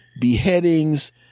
beheadings